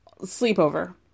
sleepover